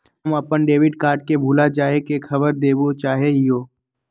हम अप्पन debit card के भुला जाये के खबर देवे चाहे हियो